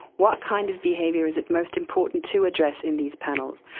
what kind of behaviour is it most important to address in these panels?